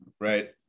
Right